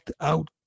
out